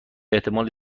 احتمال